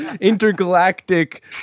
intergalactic